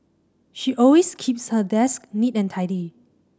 she always keeps her desk neat and tidy